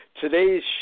Today's